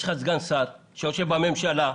יש לך סגן שר שיושב בממשלה.